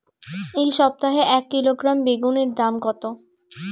এই সপ্তাহে এক কিলোগ্রাম বেগুন এর দাম কত?